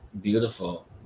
beautiful